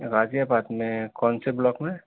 غازی آباد میں کون سے بلاک میں